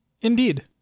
Indeed